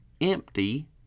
empty